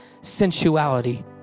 sensuality